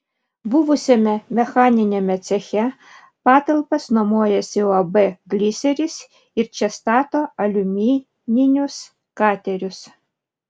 buvusiame mechaniniame ceche patalpas nuomojasi uab gliseris ir čia stato aliumininius katerius